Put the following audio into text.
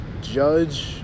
judge